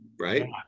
right